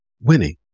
winning